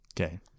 Okay